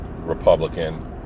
Republican